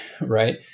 Right